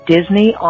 Disney